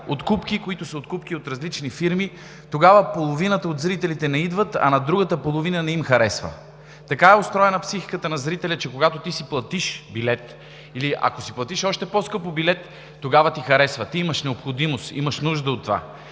откупени зали. Откупки от различни фирми. Тогава половината от зрителите не идват, а на другата половина не им харесва. Така е устроена психиката на зрителя, че когато ти си платиш билет, или ако си платиш още по-скъпо билет, тогава ти харесва, ти имаш необходимост, имаш нужда от това.